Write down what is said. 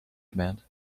command